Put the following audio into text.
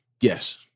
Yes